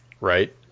Right